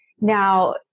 Now